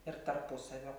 ir tarpusavio